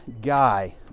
guy